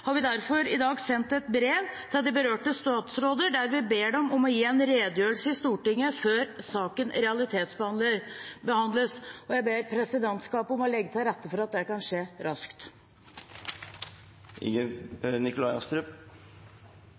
har vi derfor i dag sendt et brev til de berørte statsråder der vi ber dem om å gi en redegjørelse i Stortinget før saken realitetsbehandles. Jeg ber presidentskapet om å legge til rette for at det kan skje raskt.